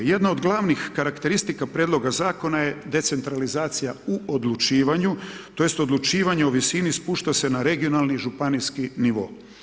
Jedna od glavnih karakteristika prijedloga Zakona je decentralizacija u odlučivanju to jest odlučivanje u visini spušta se na regionalni i županijski nivo.